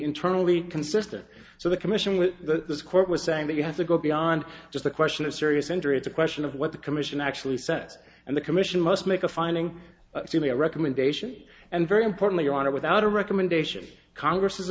internally consistent so the commission with the court was saying that you have to go beyond just the question of serious injury it's a question of what the commission actually sets and the commission must make a finding a recommendation and very importantly on it without a recommendation congress